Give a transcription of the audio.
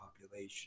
population